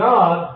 God